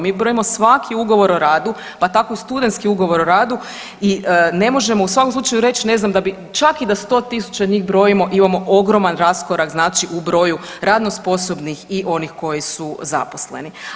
Mi brojimo svaki ugovor o radu, pa tako i studentski ugovor o radu i ne možemo u svakom slučaju reći ne znam da bi čak i da 100.000 njih brojimo imamo ogroman raskorak znači u broju radno sposobnih i onih koji su zaposleni.